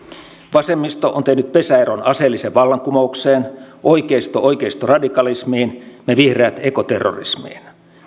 vasemmisto on tehnyt pesäeron aseelliseen vallankumoukseen oikeisto oikeistoradikalismiin me vihreät ekoterrorismiin